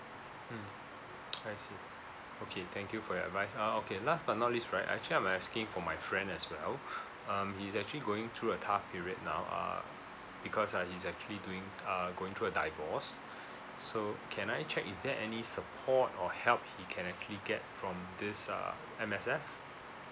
mm I see okay thank you for your advice uh okay last but not least right actually I'm asking for my friend as well um he's actually going through a tough period now uh because uh he's actually doing uh going through a divorce so can I check is there any support or help he can actually get from this uh M_S_F